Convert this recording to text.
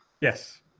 Yes